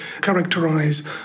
characterize